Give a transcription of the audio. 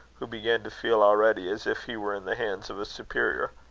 who began to feel already as if he were in the hands of a superior.